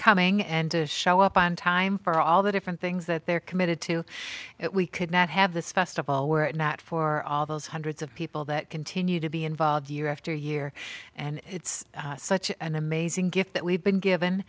coming and to show up on time for all the different things that they're committed to it we could not have this festival were it not for all those hundreds of people that continue to be involved year after year and it's such an amazing gift that we've been given